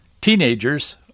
teenagers